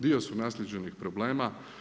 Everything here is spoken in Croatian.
Dio su naslijeđenih problema.